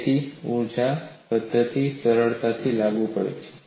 તેથી ઊર્જા પદ્ધતિ સરળતાથી લાગુ પડે છે